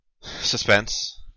suspense